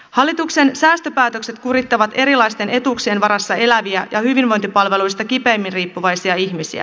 hallituksen säästöpäätökset kurittavat erilaisten etuuksien varassa eläviä ja hyvinvointipalveluista kipeimmin riippuvaisia ihmisiä